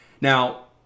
now